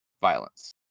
violence